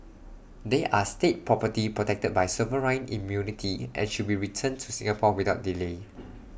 they are state property protected by sovereign immunity and should be returned to Singapore without delay